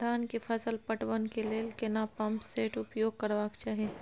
धान के फसल पटवन के लेल केना पंप सेट उपयोग करबाक चाही?